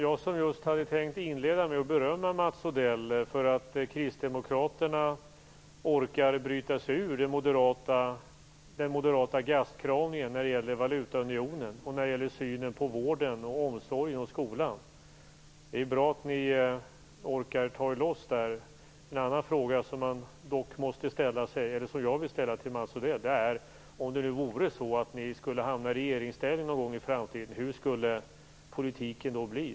Herr talman! Jag hade just tänkt inleda med att berömma Mats Odell för att Kristdemokraterna orkar bryta sig ur den moderata gastkramningen när det gäller valutaunionen samt synen på vården, omsorgen och skolan. Det är bra att ni orkar ta er loss. En annan fråga man dock måste ställa sig, och som jag vill ställa till Mats Odell, är: Om det nu vore så att ni skulle hamna i regeringsställning någon gång i framtiden, hur skulle politiken då bli?